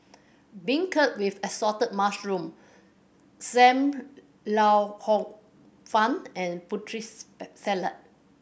beancurd with assorted mushroom Sam Lau Hor Fun and Putri Salad